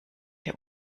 der